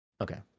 Okay